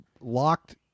locked